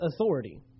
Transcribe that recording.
authority